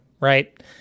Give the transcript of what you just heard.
right